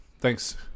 Thanks